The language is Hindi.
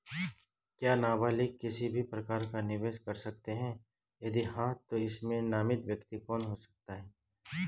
क्या नबालिग किसी भी प्रकार का निवेश कर सकते हैं यदि हाँ तो इसमें नामित व्यक्ति कौन हो सकता हैं?